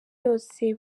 yose